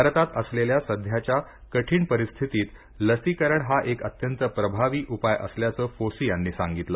भारतात असलेल्या सध्याच्या कठीण परिस्थितीत लसीकरण हा एक अत्यंत प्रभावी उपाय असल्याचं फोसी यांनी सांगितलं